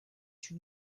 une